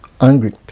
angry